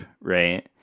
right